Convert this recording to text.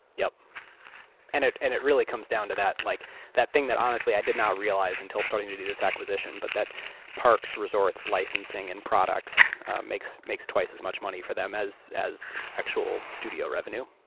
yup and it and it really comes down to that. like that thing that honestly, i did not realize until starting to do this acquisition but that parks, resorts, licensing and products makes makes twice as much money for them as as actual studio revenue.